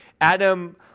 Adam